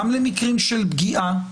גם למקרים של פגיעה,